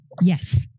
Yes